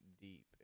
deep